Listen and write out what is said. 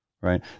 right